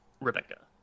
Rebecca